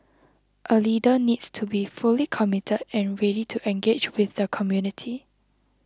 a leader needs to be fully committed and ready to engage with the community